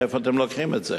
מאיפה אתם לוקחים את זה.